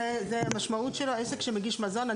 זאת המשמעות של העסק שמגיש מזון?